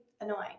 annoying